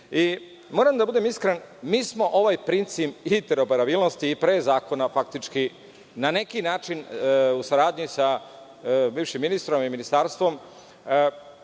da budem iskren, mi smo ovaj princip interoparabilnosti i pre zakona faktički na neki način u saradnji sa bivšim ministrom i Ministarstvom